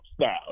style